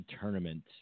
tournament